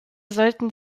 sollten